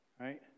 right